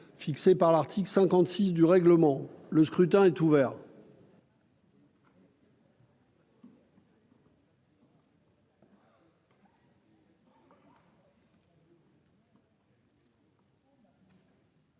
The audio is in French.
fixées par l'article 56 du règlement, le scrutin est ouvert.